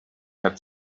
had